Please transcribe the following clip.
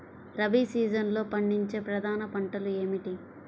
రబీ సీజన్లో పండించే ప్రధాన పంటలు ఏమిటీ?